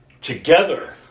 together